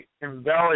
embellish